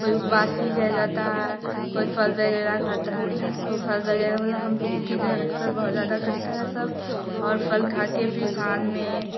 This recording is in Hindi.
कोई उपवास नहीं रह जाता है कोई फल वगैरह खाता है तो फल वगैरह मतलब हम लोगों के अक्सर बहुत ज़्यादा करता है सब और फल खाकर फ़िर शाम में